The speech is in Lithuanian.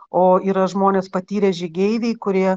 o yra žmonės patyrę žygeiviai kurie